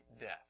death